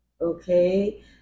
Okay